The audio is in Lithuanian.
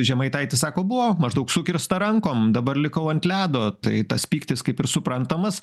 žemaitaitis sako buvo maždaug sukirsta rankom dabar likau ant ledo tai tas pyktis kaip ir suprantamas